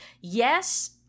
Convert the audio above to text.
yes